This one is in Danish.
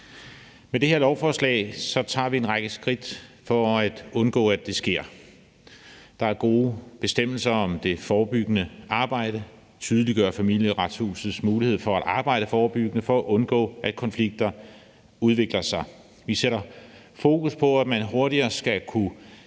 Med det her lovforslag tager vi en række skridt for at undgå, at det sker. Der er gode bestemmelser om det forebyggende arbejde og en tydeliggørelse af Familieretshusets mulighed for at arbejde forebyggende for at undgå, at konflikter udvikler sig. Vi sætter fokus på, at man hurtigere skal kunne